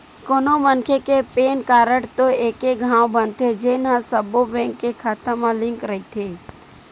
कोनो मनखे के पेन कारड तो एके घांव बनथे जेन ह सब्बो बेंक के खाता म लिंक रहिथे